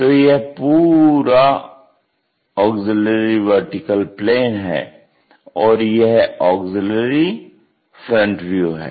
तो यह पूरा AVP है और यह ऑग्ज़िल्यरी फ्रंट व्यू है